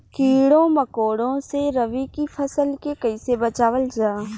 कीड़ों मकोड़ों से रबी की फसल के कइसे बचावल जा?